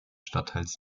stadtteils